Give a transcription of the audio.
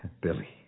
Billy